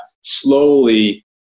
slowly